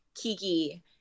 Kiki